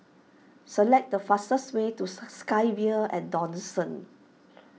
select the fastest way to SkyVille at Dawson